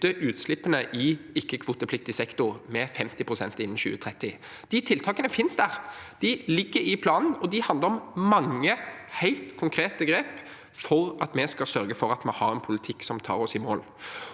utslippene i ikke-kvotepliktig sektor med 50 pst. innen 2030. De tiltakene finnes der. De ligger i planen, og de handler om mange helt konkrete grep for at vi skal sørge for at vi har en politikk som tar oss i mål.